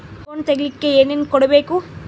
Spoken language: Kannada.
ಅಕೌಂಟ್ ತೆಗಿಲಿಕ್ಕೆ ಏನೇನು ಕೊಡಬೇಕು?